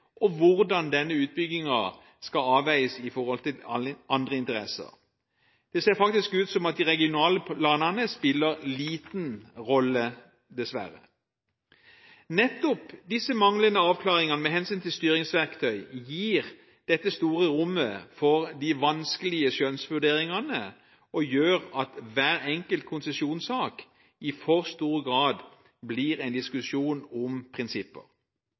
og hvordan denne utbyggingen skal avveies i forhold til andre interesser. Det ser faktisk ut som om de regionale planene spiller liten rolle, dessverre. Nettopp disse manglende avklaringene med hensyn til styringsverktøy gir dette store rommet for de vanskelige skjønnsvurderingene, og gjør at hver enkelt konsesjonssak i for stor grad blir en diskusjon om prinsipper.